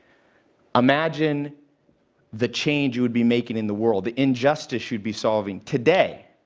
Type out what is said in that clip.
imagine the change you'd be making in the world, the injustice you'd be solving today,